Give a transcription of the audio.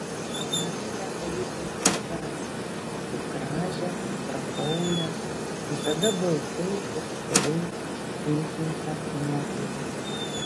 menu ją tarytum kaip dvasią kaip gražią prakaulią visada baltai ir švariai vilkinčią moterį